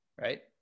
Right